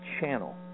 channel